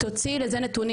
תוציאי לזה נתונים.